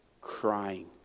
crying